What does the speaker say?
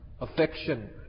affection